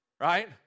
Right